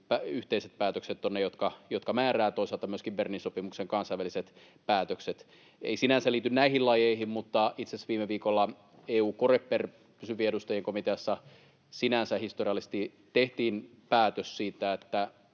yhteiset päätökset ovat ne, jotka määräävät, toisaalta myöskin Bernin sopimuksen kansainväliset päätökset. Ne eivät sinänsä liity näihin lajeihin, mutta itse asiassa viime viikolla EU-Coreperissa, pysyvien edustajien komiteassa, sinänsä historiallisesti tehtiin päätös siitä, että